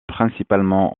principalement